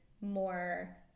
more